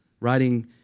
writing